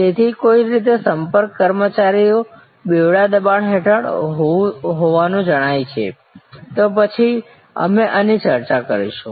તેથી કોઈ રીતે સંપર્ક કર્મચારીઓ બેવડા દબાણ હેઠળ હોવાનું જણાય છે તો પછી અમે આની ચર્ચા કરીશું